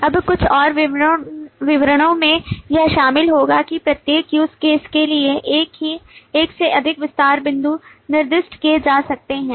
अब कुछ और विवरणों में यह शामिल होगा कि प्रत्येक use case के लिए एक से अधिक विस्तार बिंदु निर्दिष्ट किए जा सकते हैं